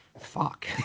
fuck